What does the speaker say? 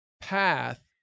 path